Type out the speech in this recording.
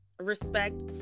respect